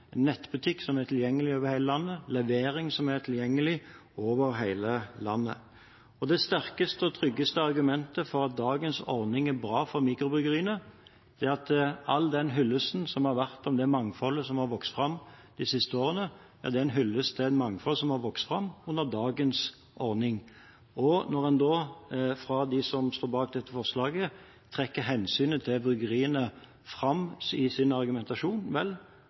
nettbutikk som er tilgjengelig over hele landet, levering som er tilgjengelig over hele landet. Det sterkeste og tryggeste argumentet for at dagens ordning er bra for mikrobryggeriene, er at all den hyllesten som har kommet til det mangfoldet som har vokst fram de siste årene, er en hyllest til et mangfold som har vokst fram under dagens ordning. Og når da de som står bak dette forslaget, trekker hensynet til bryggeriene fram i sin argumentasjon – vel,